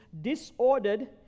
disordered